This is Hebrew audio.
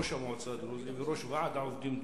ראש המועצה דרוזי וראש ועד העובדים דרוזי,